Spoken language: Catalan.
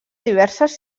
diverses